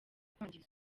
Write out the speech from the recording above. kwangiza